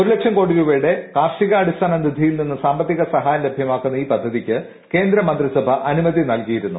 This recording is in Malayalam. ഒരു ലക്ഷം കോടി രൂപയുടെ കാർഷിക അടിസ്ഥാന നിധിയിൽ നിന്ന് സാമ്പത്തിക സഹായം ലഭ്യമാക്കുന്ന ഈ പദ്ധതിക്ക് കേന്ദ്രമന്ത്രിസഭ അനുമതി നൽകിയിരുന്നു